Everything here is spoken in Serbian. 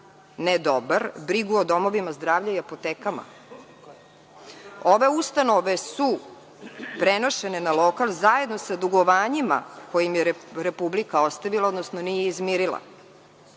ne dobar, brigu o domovima zdravlja i apotekama. Ove ustanove su prenošene na lokal zajedno sa dugovanjima koja im je Republika ostavila, odnosno nije izmirila.